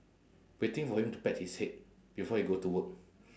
waiting for him to pat his head before he go to work